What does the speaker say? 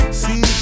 see